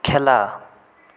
খেলা